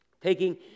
taking